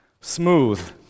smooth